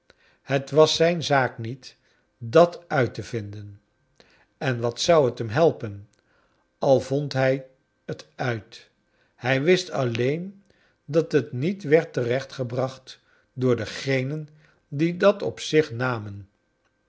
het was zijn zaak niet dat uit te vinden en wat zou t hem helpen al vond hij tuit hij wist alleen dat het niet werd terechtgebracht door degenen die dat op zich namen